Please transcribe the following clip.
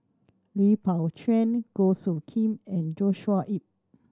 Lui Pao Chuen Goh Soo Khim and Joshua Ip